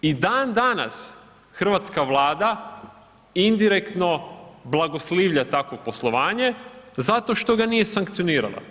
I dan danas hrvatska Vlada indirektno blagoslivlja takvo poslovanje zato što ga nije sankcionirala.